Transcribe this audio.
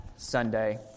Sunday